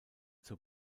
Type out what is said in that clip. zur